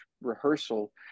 rehearsal